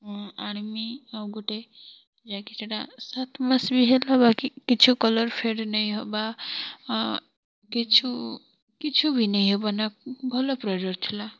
ଆଣ୍ମି ଆଉ ଗୁଟେ ଯାଇକି ସେଟା ସାତ୍ ମାସ୍ ବି ହେଲା ବାକି କିଛି କଲର୍ ଫେଡ଼୍ ନାହିଁ ହେବା ହଁ କିଛୁ କିଛୁ ଭି ନାଇଁ ହେବା ନା ଭଲ୍ ପ୍ରଡ଼କ୍ଟ ଥିଲା